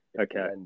okay